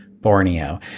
borneo